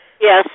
Yes